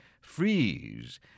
freeze